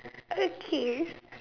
okay